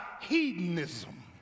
hedonism